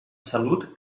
salut